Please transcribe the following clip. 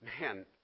Man